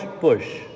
bush